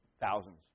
thousands